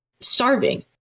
starving